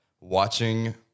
watching